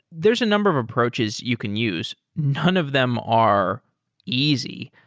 there's a number of approaches you can use. none of them are easy.